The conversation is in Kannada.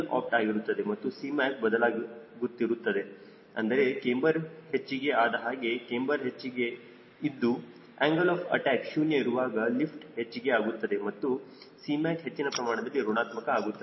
opt ಆಗಿರುತ್ತದೆ ಮತ್ತು Cmac ಬದಲಾಗುತ್ತಿರುತ್ತದೆ ಅಂದರೆ ಕ್ಯಾಮ್ಬರ್ ಹೆಚ್ಚಿಗೆ ಆದಹಾಗೆ ಕ್ಯಾಮ್ಬರ್ ಹೆಚ್ಚಿಗೆ ಇದ್ದು ಏನ್ಗಲ್ ಆಫ್ ಅಟ್ಯಾಕ್ ಶೂನ್ಯ ಇರುವಾಗ ಲಿಫ್ಟ್ ಹೆಚ್ಚಿಗೆ ಆಗುತ್ತದೆ ಮತ್ತು Cmac ಹೆಚ್ಚಿನ ಪ್ರಮಾಣದಲ್ಲಿ ಋಣಾತ್ಮಕ ಆಗುತ್ತದೆ